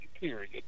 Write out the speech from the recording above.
Period